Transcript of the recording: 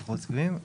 אנחנו מסכימים,